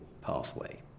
pathway